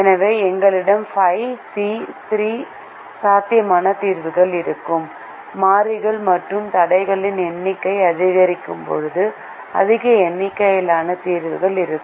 எனவே எங்களிடம் 5 சி 3 சாத்தியமான தீர்வுகள் இருக்கும் மாறிகள் மற்றும் தடைகளின் எண்ணிக்கை அதிகரிக்கும்போது அதிக எண்ணிக்கையிலான தீர்வுகள் இருக்கும்